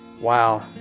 Wow